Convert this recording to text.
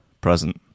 present